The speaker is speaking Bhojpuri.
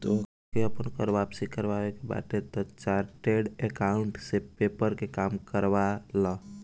तोहके आपन कर वापसी करवावे के बाटे तअ चार्टेड अकाउंटेंट से पेपर के काम करवा लअ